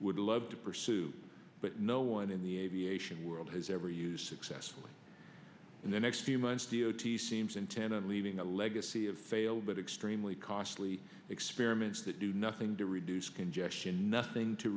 would love to pursue but no one in the aviation world has ever used successfully in the next few months d o t seems intent on leaving a legacy of failed but extremely costly experiments that do nothing to reduce congestion nothing to